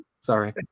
sorry